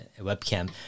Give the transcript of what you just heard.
webcam